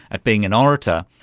at being an orator,